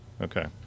Okay